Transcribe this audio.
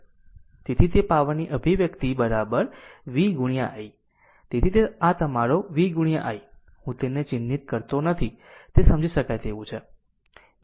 તેથી તે પાવરની અભિવ્યક્તિ v i તેથી આ તમારો v I હું તેને ચિહ્નિત કરતો નથી તે સમજી શકાય તેવું v i છે